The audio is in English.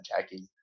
Jackie